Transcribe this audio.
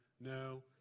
no